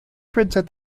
footprints